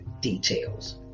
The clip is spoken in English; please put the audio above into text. details